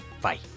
Bye